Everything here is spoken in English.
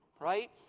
right